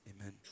amen